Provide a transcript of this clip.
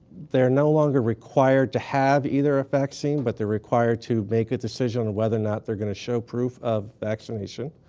they're no longer required to have either ah vaccine, but they're required to make a decision whether or not they're going to show proof of vaccination.